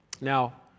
Now